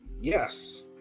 Yes